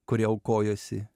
kurie aukojosi